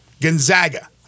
Gonzaga